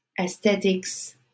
aesthetics